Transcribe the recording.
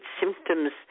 symptoms